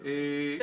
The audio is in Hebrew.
לא אושרה.